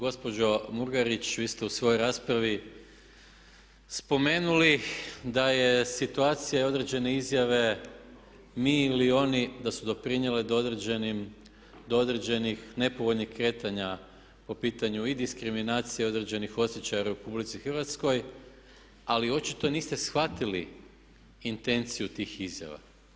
Gospođo Murganić vi ste u svojoj raspravi spomenuli da je situacija i određene izjave mi ili oni da su doprinijele do određenih nepovoljnih kretanja po pitanju i diskriminacije određenih osjećaja u RH, ali očito niste shvatili intenciju tih izjava.